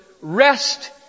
rest